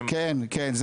כן, כן.